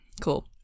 Cool